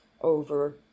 over